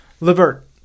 Levert